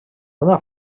una